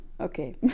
Okay